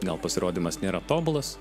gal pasirodymas nėra tobulas